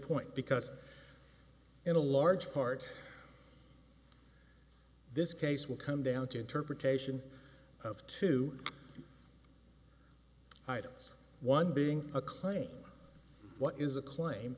point because in a large part this case will come down to interpretation of two items one being a claim what is a claim